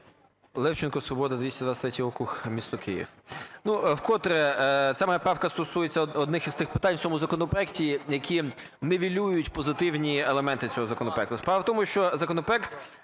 Левченко, "Свобода", 223 округ, місто Київ. Ну, вкотре ця моя правка стосується одних із тих питань в цьому законопроекті, які нівелюють позитивні елементи цього законопроекті. Справа в тому, що законопроект